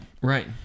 right